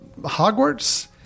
Hogwarts